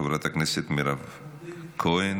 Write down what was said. חברת הכנסת מירב כהן,